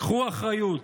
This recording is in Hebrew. קחו אחריות.